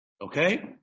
okay